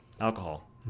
Alcohol